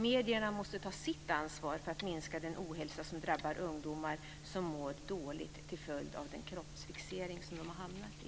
Medierna måste ta sitt ansvar för att minska den ohälsa som drabbar ungdomar som mår dåligt till följd av den kroppsfixering som de har hamnat i.